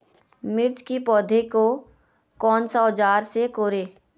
मिर्च की पौधे को कौन सा औजार से कोरे?